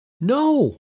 no